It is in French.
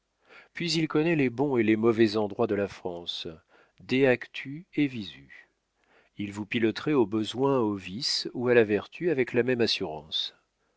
puis il connaît les bons et les mauvais endroits de la france de actu et visu il vous piloterait au besoin au vice ou à la vertu avec la même assurance